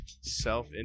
self